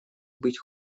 быть